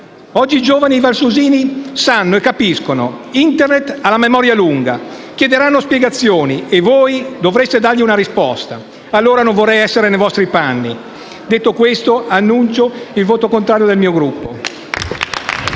Oggi i giovani valsusini sanno e capiscono: Internet ha la memoria lunga, chiederanno spiegazioni, e voi dovrete dargli una risposta. Non vorrei allora essere nei vostri panni. Detto questo, annuncio il voto contrario del mio Gruppo.